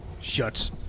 Shuts